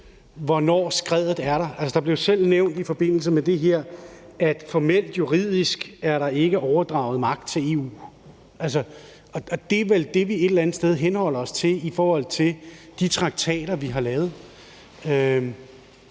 hvornår skredet er der. Altså, der bliver jo i forbindelse med det her selv nævnt, at der formelt juridisk ikke er overdraget magt til EU, og det er vel et eller andet sted det, vi henholder os til i forhold til de traktater, vi har lavet.